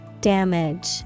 Damage